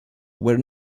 were